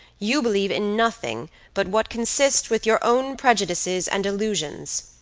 you believe in nothing but what consists with your own prejudices and illusions.